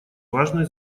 важной